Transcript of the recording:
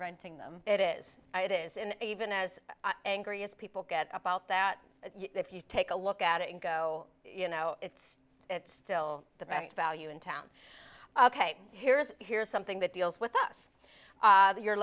renting them it is it is and even as angry as people get about that if you take a look at it and go you know it's still the best value in town ok here's here's something that deals with us your